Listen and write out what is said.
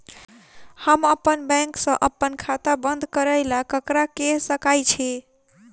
हम अप्पन बैंक सऽ अप्पन खाता बंद करै ला ककरा केह सकाई छी?